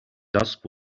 dusk